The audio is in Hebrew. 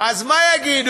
אז מה יגידו,